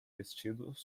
vestidos